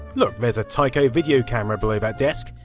look, there's a tyco video camera below that desk.